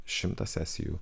šimtą sesijų